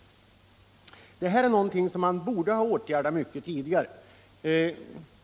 Det här är någonting som man borde ha åtgärdat mycket tidigare.